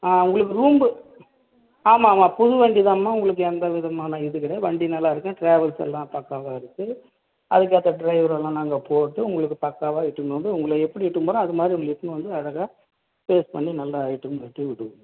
ஆ உங்களுக்கு ரூம்பு ஆமாம் ஆமாம் புது வண்டி தான்ம்மா உங்களுக்கு எந்த விதமான இதுவும் கிடையாது வண்டி நல்லாயிருக்கும் ட்ராவல்ஸ் எல்லாம் பக்காவாக இருக்குது அதுக்கேற்ற டிரைவருலாம் நாங்கள் போட்டு உங்களுக்கு பக்காவாக இட்டுன்னு வந்து உங்களை எப்படி இட்டுன்னு போகிறோமோ அது மாதிரி இட்டுன்னு வந்து அழகாக பிளேஸ் பண்ணி நல்லா இட்டுன்னு போய்ட்டு விடுவோம்மா